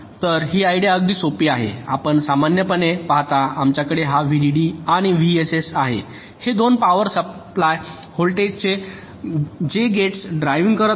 तर ही आयडिया अगदी सोपी आहे आपण सामान्यपणे पाहता आमच्याकडे हा व्हीडीडी आणि व्हीएसएस आहे हे दोन पॉवर सप्लाय व्होल्टेज जे गेट्स ड्रायविंग करत आहेत